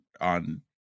on